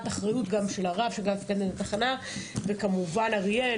אחריות גם של הרב וגם של מפקד התחנה וכמובן אריאל